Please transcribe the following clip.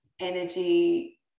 energy